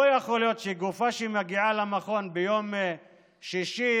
לא יכול להיות שגופה שמגיעה למכון ביום שישי,